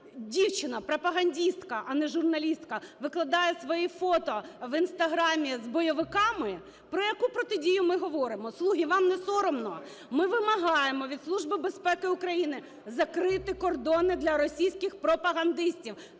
дівчина-пропагандистка, а не журналістка, викладає свої фото в Instagram з бойовиками, про яку протидію ми говоримо? "Слуги", вам не соромно? Ми вимагаємо від Служби безпеки України закрити кордони для російських пропагандистів,